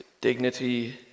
dignity